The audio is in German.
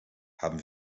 haben